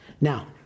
Now